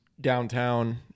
downtown